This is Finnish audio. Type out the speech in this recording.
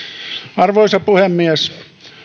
arvoisa puhemies